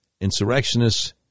insurrectionists